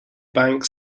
bank